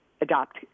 Adopt